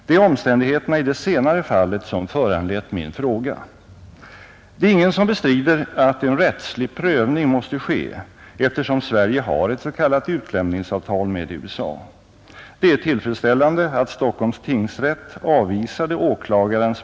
Det är omständigheterna i det senare fallet som föranlett min fråga. Ingen bestrider att en rättslig prövning måste ske, eftersom Sverige har ett s.k. utlämningsavtal med USA. Det är tillfredsställande att Stock Nr 62 Dowdell på fri fot.